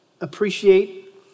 appreciate